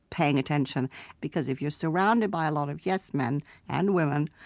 paying attention because if you're surrounded by a lot of yes men and women,